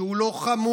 שהוא לא חמוש,